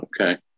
Okay